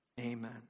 Amen